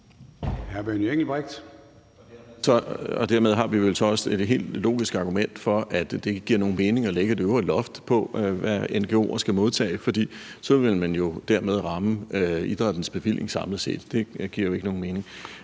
Kl. 13:20 Benny Engelbrecht (S): Dermed har vi vel også et helt logisk argument for, at det ikke giver nogen mening at lægge et øvre loft på, hvad ngo'er kan modtage, for så ville man jo dermed ramme idrættens bevilling samlet set, og det giver jo ikke nogen mening.